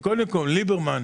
ליברמן,